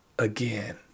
Again